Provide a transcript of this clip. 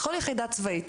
בכל יחידה צבאית,